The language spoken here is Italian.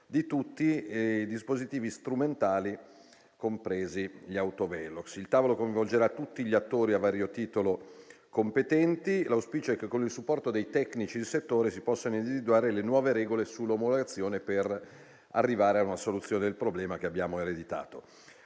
di tutti i dispositivi strumentali, compresi gli autovelox. Il tavolo coinvolgerà tutti gli attori a vario titolo competenti. L'auspicio è che, con il supporto dei tecnici del settore, si possano individuare le nuove regole sull'omologazione per arrivare a una soluzione del problema che abbiamo ereditato.